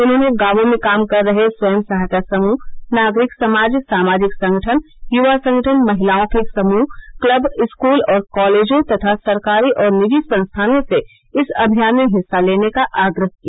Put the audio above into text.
उन्होंने गांवों में काम कर रहे स्वयं सहायता समूह नागरिक समाज सामाजिक संगठन यूवा संगठन महिलाओं के समूह क्लब स्कूल और कॉलेजों तथा सरकारी और निजी संस्थानों से इस अमियान में हिस्सा लेने का आग्रह किया